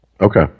Okay